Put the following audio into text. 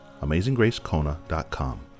AmazingGraceKona.com